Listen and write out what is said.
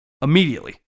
Immediately